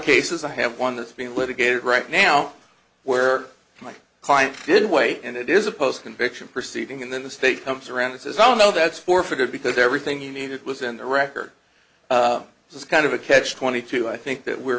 cases i have one that's being litigated right now where my client did wait and it is a post conviction proceeding and then the state comes around and says oh no that's forfeited because everything you needed was in the record so it's kind of a catch twenty two i think that we're